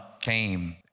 came